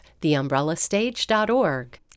Theumbrellastage.org